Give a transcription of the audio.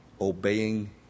obeying